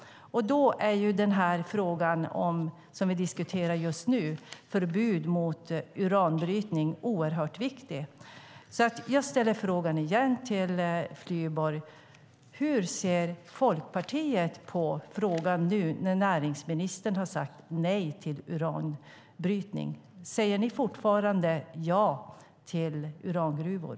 Och då är den här frågan som vi diskuterar just nu, förbud mot uranbrytning, oerhört viktig. Jag ställer frågan till Flyborg igen: Hur ser Folkpartiet på frågan nu när näringsministern har sagt nej till uranbrytning? Säger ni fortfarande ja till urangruvor?